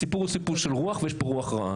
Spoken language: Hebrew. הסיפור הוא סיפור של רוח ויש פה רוח רעה.